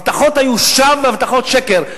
ההבטחות היו שווא, והבטחות שקר.